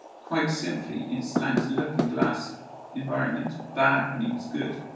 quite simply, in slang's looking-glass environs, bad means good.